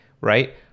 right